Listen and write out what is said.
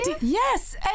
Yes